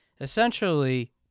Essentially